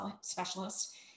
specialist